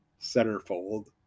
Centerfold